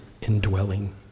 indwelling